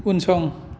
उनसं